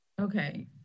Okay